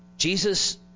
Jesus